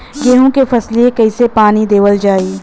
गेहूँक फसलिया कईसे पानी देवल जाई?